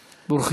שלך.